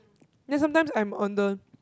then sometimes I'm on the